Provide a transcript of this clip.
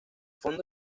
fondo